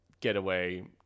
getaway